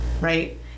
right